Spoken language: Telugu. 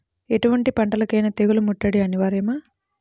ఎటువంటి పంటలకైన తెగులు ముట్టడి అనివార్యమా?